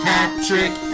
Patrick